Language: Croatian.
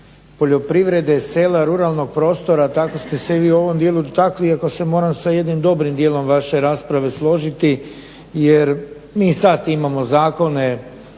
poljoprivrede, sela, ruralnog prostora tako ste se i vi u ovom dijelu dotakli iako se moram sa jednim dobrim dijelom vaše rasprave složiti jer mi sad imamo zakone